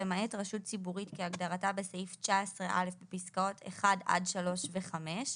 למעט רשות ציבורית כהגדרתה בסעיף 19א בפסקאות (1) עד (3) ו-(5),